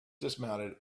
dismounted